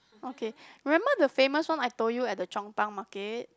okay remember the famous one I told you at the Chong Pang market